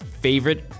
favorite